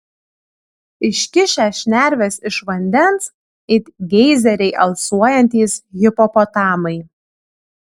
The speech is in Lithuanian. iškišę šnerves iš vandens it geizeriai alsuojantys hipopotamai